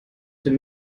dem